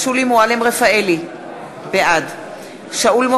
שיושב-ראש הפרלמנט האירופי אומר שאין חרם,